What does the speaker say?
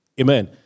Amen